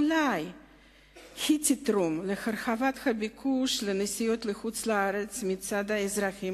אולי היא תתרום להרחבת הביקוש לנסיעות לחו"ל מצד האזרחים